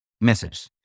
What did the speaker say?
message